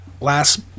last